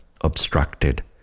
obstructed